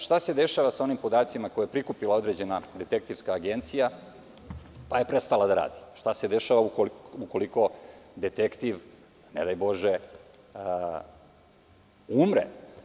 Šta se dešava sa onim podacima koje je prikupila određena detektivska agencija pa je prestala da radi, šta se dešava ukoliko detektiv ne daj bože umre?